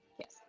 Yes